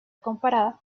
comparada